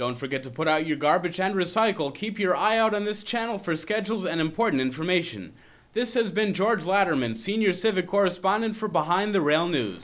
don't forget to put out your garbage and recycle keep your eye out on this channel for schedules and important information this is been george latterman senior civil correspondent for behind the real news